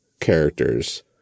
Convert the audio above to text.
characters